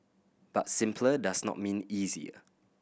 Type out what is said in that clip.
but simpler does not mean easier